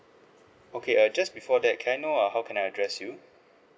okay uh just before that can I know uh how can I address you